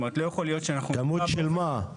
כמות של מה?